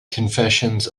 confessions